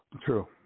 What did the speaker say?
True